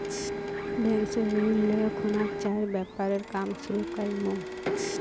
bank स ऋण ले खुना चाइर व्यापारेर काम शुरू कर मु